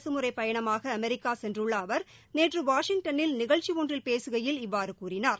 அரசு முறைப்பயணமாக அமெரிக்கா சென்றுள்ள அவர் நேற்று வாஷிங்டனில் நிகழ்ச்சி ஒன்றில் பேசுகையில் இவ்வாறு கூறினார்